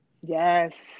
Yes